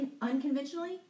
unconventionally